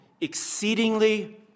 exceedingly